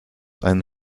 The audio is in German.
einen